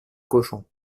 cochon